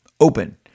open